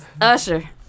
Usher